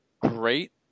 great